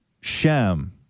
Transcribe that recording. shem